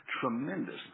Tremendous